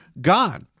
God